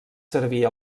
servir